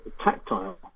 tactile